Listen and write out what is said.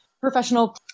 professional